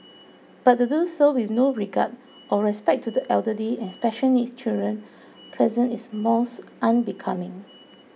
but to do so with no regard or respect to the elderly and special needs children present is most unbecoming